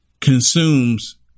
consumes